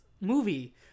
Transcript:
movie